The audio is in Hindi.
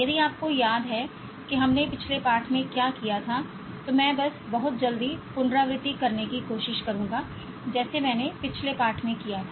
यदि आपको याद है कि हमने पिछले पाठ में क्या किया था तो मैं बस बहुत जल्दी पुनरावृत्ति करने की कोशिश करूँगा जैसे मैंने पिछले पाठ में किया था